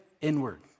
inward